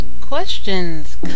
Questions